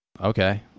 okay